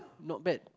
not bad